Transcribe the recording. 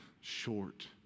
short